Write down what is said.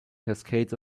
cascades